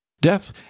Death